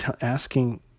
asking